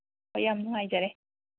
ꯑꯣ ꯌꯥꯝ ꯅꯨꯡꯉꯥꯏꯖꯔꯦ